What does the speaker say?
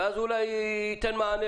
תחרותית,